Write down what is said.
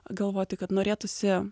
galvoti kad norėtųsi